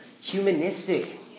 humanistic